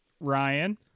Ryan